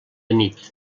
nit